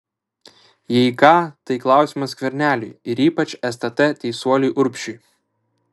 jei ką tai klausimas skverneliui ir ypač stt teisuoliui urbšiui